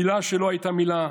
מילה שלו הייתה מילה.